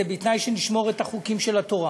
זה בתנאי שנשמור את החוקים של התורה.